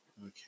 Okay